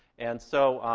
and so,